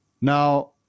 Now